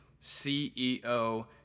CEO